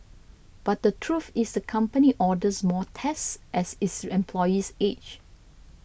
but the truth is the company orders more tests as its employees age